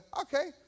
okay